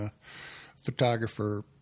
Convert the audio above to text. photographer